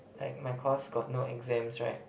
like my course got no exams right